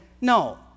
no